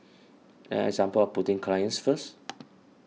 an example of putting clients first